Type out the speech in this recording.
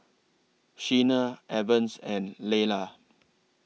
Sheena Evans and Layla